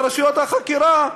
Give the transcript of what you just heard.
לרשויות החקירה,